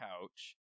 couch